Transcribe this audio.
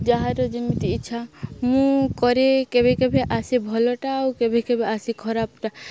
ଯାହାର ଯେମିତି ଇଚ୍ଛା ମୁଁ କରେ କେବେ କେବେ ଆସେ ଭଲଟା ଆଉ କେବେ କେବେ ଆସେ ଖରାପଟା